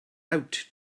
out